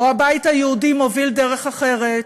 או הבית היהודי מוביל דרך אחרת,